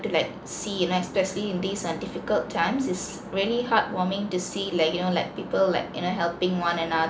to like see you know especially in these uh difficult times it's really heartwarming to see like you know like people like you know helping one another